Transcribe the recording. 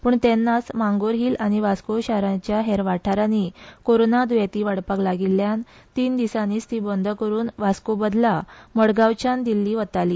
प्ण तेन्नाच मांगोर हील आनी वास्को शारांच्या हेर वाठारांनी कोरोनाचे द्येती वाडपाक लागिल्ल्यान तीन दिसानीच ती बंद करून वास्को बदला मडगावच्यान दिल्ली वताली